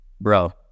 bro